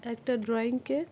একটা ড্রয়িংকে